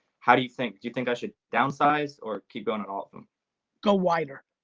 how do you think do you think i should downsize or keep going and often go wider.